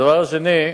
הדבר השני,